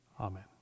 Amen